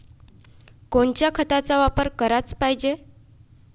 कोनच्या खताचा वापर कराच पायजे?